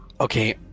Okay